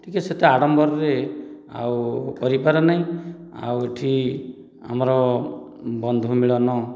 ଟିକେ ସେତେ ଆଡ଼ମ୍ବରରେ ଆଉ କରିପାରେ ନାହିଁ ଆଉ ଏଠି ଆମର ବନ୍ଧୁ ମିଳନ